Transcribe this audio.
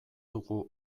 dugu